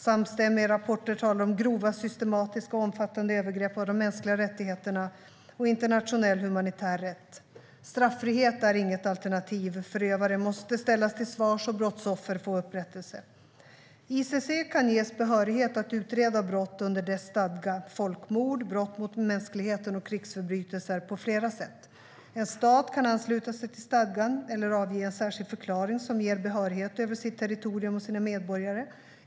Samstämmiga rapporter talar om grova, systematiska och omfattande övergrepp av de mänskliga rättigheterna och internationell humanitär rätt. Straffrihet är inget alternativ. Förövare måste ställas till svars och brottsoffer få upprättelse. ICC kan ges behörighet att utreda brott under dess stadga - folkmord, brott mot mänskligheten och krigsförbrytelser - på flera sätt. En stat kan ansluta sig till stadgan eller avge en särskild förklaring som ger ICC behörighet över dess territorium och dess medborgare.